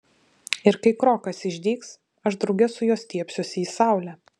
ir kai krokas išdygs aš drauge su juo stiebsiuosi į saulę